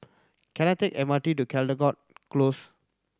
can I take M R T to Caldecott Close